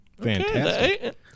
Fantastic